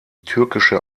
türkische